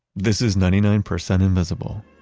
this is ninety nine percent invisible.